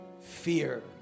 fear